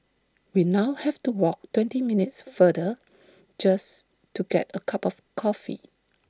we now have to walk twenty minutes farther just to get A cup of coffee